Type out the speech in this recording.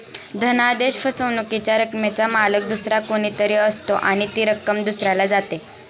धनादेश फसवणुकीच्या रकमेचा मालक दुसरा कोणी तरी असतो आणि ती रक्कम दुसऱ्याला जाते